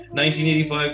1985